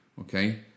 okay